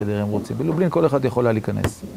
בסדר, הם רוצים... בלובלין כל אחד היה יכול להיכנס